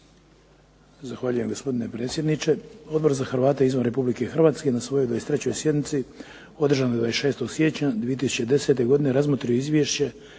Zahvaljujem gospodine predsjedniče. Odbor za Hrvate izvan Republike Hrvatske na svojoj 23. sjednici održanoj 26. siječnja 2010. godine razmotrio je Izvješće